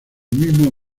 mismo